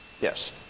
Yes